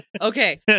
Okay